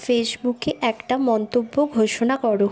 ফেসবুকে একটা মন্তব্য ঘোষণা করো